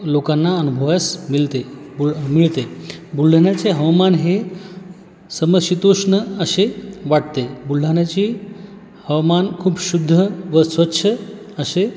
लोकांना अनुभवयास मिलते बुल मिळते बुलढाण्याचे हवामान हे समशीतोष्ण असे वाटते बुलढाण्याची हवामान खूप शुद्ध व स्वच्छ असे